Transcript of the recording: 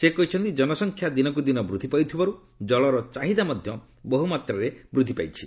ସେ କହିଛନ୍ତି ଜନସଂଖ୍ୟା ଦିନକୁ ଦିନ ବୃଦ୍ଧି ପାଉଥିବାରୁ ଜଳର ଚାହିଦା ବହୁମାତ୍ରାରେ ବୃଦ୍ଧି ପାଇଛି